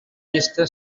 llista